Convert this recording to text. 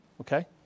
okay